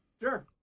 Sure